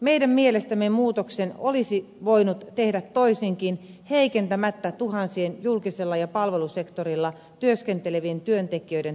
meidän mielestämme muutoksen olisi voinut tehdä toisinkin heikentämättä tuhansien julkisella ja palvelusektorilla työskentelevien työntekijöiden työttömyysturvaa